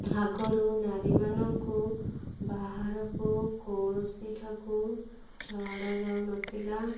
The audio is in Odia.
ଆଗରୁ ନାରୀମାନଙ୍କୁ ବାହାରକୁ କୌଣସିଠାକୁ ଛଡ଼ାଯାଉନଥିଲା